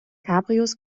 cabrios